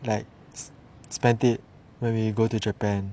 like spend it when we go to japan